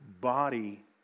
body